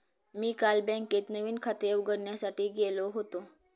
मी काल बँकेत नवीन खाते उघडण्यासाठी गेलो होतो